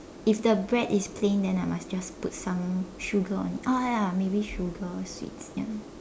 if the bread is plain then I must just put some sugar on it ah ya maybe sugar sweets ya